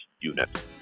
unit